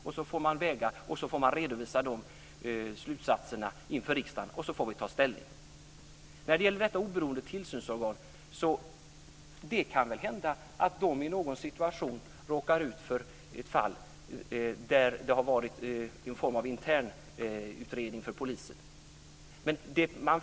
Man får väga dem, redovisa slutsatserna inför riksdagen och så får vi ta ställning. När det gäller ett oberoende tillsynsorgan kan det hända att det i någon situation råkar ut för ett fall där det varit någon form av internutredning för polisen.